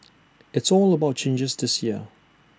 it's all about changes this year